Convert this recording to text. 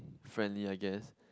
friendly I guess